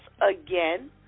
again